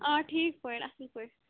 آ ٹھیٖک پٲٹھۍ اَصٕل پٲٹھۍ